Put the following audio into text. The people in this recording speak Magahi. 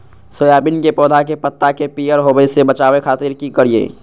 सोयाबीन के पौधा के पत्ता के पियर होबे से बचावे खातिर की करिअई?